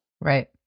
right